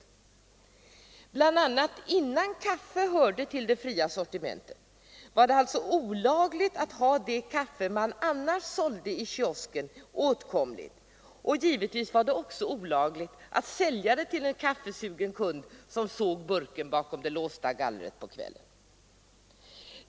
Innan t.ex. kaffe hörde till det fria sortimentet var det alltså olagligt att ha det kaffe man annars sålde i kiosker åtkomligt, och givetvis var det också olagligt att sälja detta till en kaffesugen kund, som såg det bakom det låsta gallret på kvällen.